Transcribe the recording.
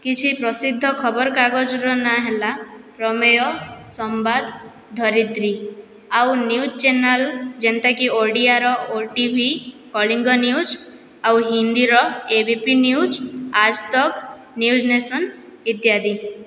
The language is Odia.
କିଛି ପ୍ରସିଦ୍ଧ ଖବର୍କାଗଜ୍ର ନାଁ ହେଲା ପ୍ରମେୟ ସମ୍ବାଦ ଧରିତ୍ରୀ ଆଉ ନ୍ୟୁଜ୍ ଚ୍ୟାନେଲ୍ ଯେନ୍ତାକି ଓଡ଼ିଆର ଓ ଟି ଭି କଳିଙ୍ଗ ନ୍ୟୁଜ୍ ଆଉ ହିନ୍ଦୀର ଏ B P news Aaj Tak news ନେସନ୍ ଇତ୍ୟାଦି